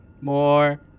more